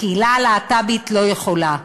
הקהילה הלהט"בית לא יכולה,